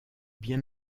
bien